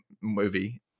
movie